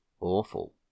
Awful